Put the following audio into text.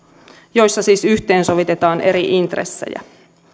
joissa siis yhteensovitetaan eri intressejä